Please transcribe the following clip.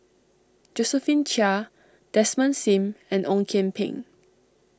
Josephine Chia Desmond Sim and Ong Kian Peng